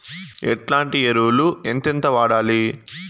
ఎట్లాంటి ఎరువులు ఎంతెంత వాడాలి?